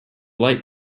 light